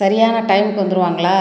சரியான டைமுக்கு வந்துவிடுவாங்களா